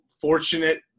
fortunate